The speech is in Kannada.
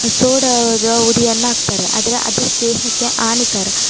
ಸೋಡದ ಹುಡಿಯನ್ನಾಕ್ತಾರೆ ಆದರೆ ಅದು ದೇಹಕ್ಕೆ ಹಾನಿಕರ